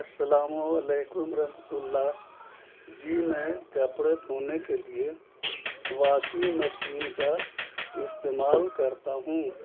السلام علیکم رحمۃ اللہ جی میں کپڑے دھونے کے لیے واشنگ مشین کا استعمال کرتا ہوں